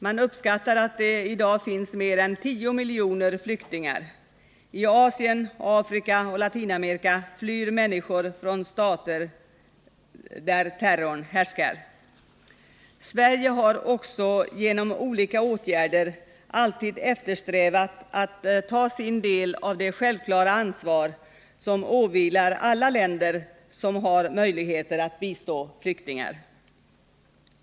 Man uppskattar att det i dag finns mer än 10 miljoner flyktingar. I Asien, Afrika och Latinamerika flyr människor från stater där terrorn hä kar. Sverige har också genom olika åtgärder alltid eftersträvat att ta sin del av det självklara ansvar som åvilar alla länder som har möjligheter att bistå flyktingar.